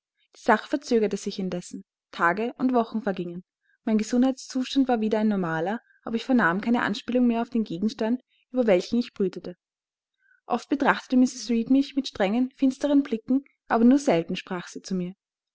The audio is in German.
die sache verzögerte sich indessen tage und wochen vergingen mein gesundheitszustand war wieder ein normaler aber ich vernahm keine anspielung mehr auf den gegenstand über welchen ich brütete oft betrachtete mrs reed mich mit strengen finsteren blicken aber nur selten sprach sie zu mir